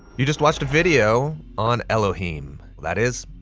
you just watched a video on elohim. that is,